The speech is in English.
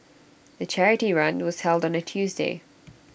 the charity run was held on A Tuesday